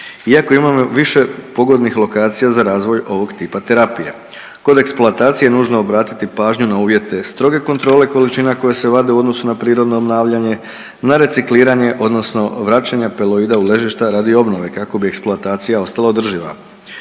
iako imamo više pogodnih lokacija za razvoj ovog tipa terapija. Kod eksploatacije nužno je obratiti pažnju na uvjete stroge kontrole količina koje se vade u odnosu na prirodno obnavljanje, na recikliranje odnosno vraćanje peloida u ležišta radi obnove kako bi eksploatacija ostala održiva.